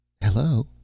Hello